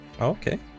Okay